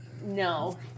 No